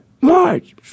March